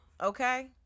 okay